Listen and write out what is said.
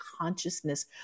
consciousness